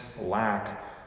lack